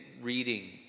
reading